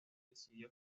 decidió